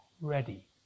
ready